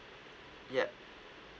yup